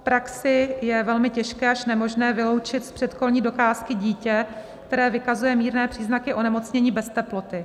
V praxi je velmi těžké až nemožné vyloučit z předškolní docházky dítě, které vykazuje mírné příznaky onemocnění bez teploty.